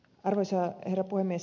arvoisa herra puhemies